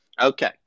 Okay